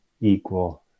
equal